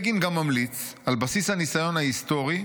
"בגין גם ממליץ, על בסיס הניסיון ההיסטורי,